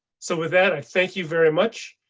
so with that i thank you very much.